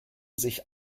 sich